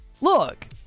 Look